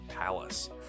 Palace